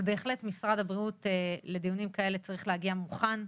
אבל בהחלט משרד הבריאות לדיונים כאלה צריך להגיע מוכן,